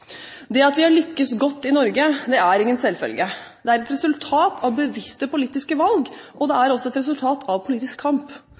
Det at vi har lyktes godt i Norge, er ingen selvfølge. Det er resultat av bevisste politiske valg, og det